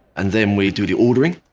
and then we do the ordering.